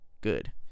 good